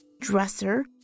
dresser